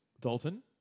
Dalton